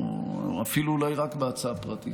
או אפילו אולי רק בהצעה פרטית.